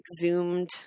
zoomed